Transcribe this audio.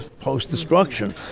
post-destruction